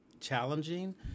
challenging